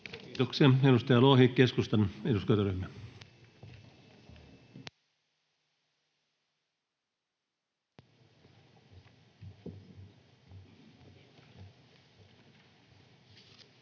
Kiitoksia. — Edustaja Lohi, keskustan eduskuntaryhmä.